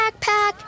backpack